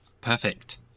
perfect